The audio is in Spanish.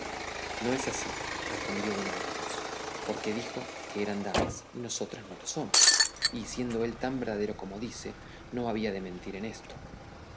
no es así respondió una de las dos porque dijo que eran damas y nosotras no lo somos y siendo él tan verdadero como dice no había de mentir en esto